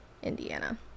Indiana